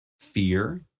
fear